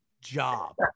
job